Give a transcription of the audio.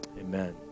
amen